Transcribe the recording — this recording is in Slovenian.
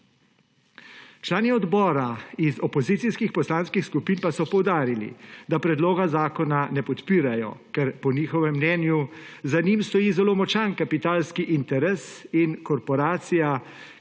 Člani odbora iz opozicijskih poslanskih skupin pa so poudarili, da predloga zakona ne podpirajo. Ker po njihovem mnenju za njim stoji zelo močan kapitalski interes in korporacija,